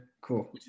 cool